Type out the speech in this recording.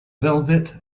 velvet